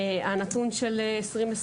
הנתון של 2023,